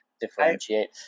differentiate